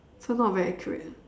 so not very accurate